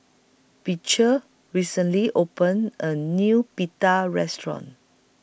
Beecher recently opened A New Pita Restaurant